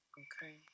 okay